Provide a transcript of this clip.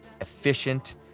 efficient